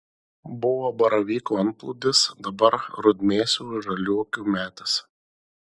buvo baravykų antplūdis dabar rudmėsių žaliuokių metas